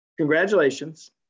Congratulations